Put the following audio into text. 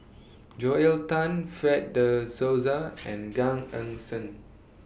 Joel Tan Fred De Souza and Gan Eng Seng